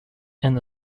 and